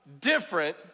different